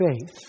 faith